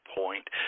point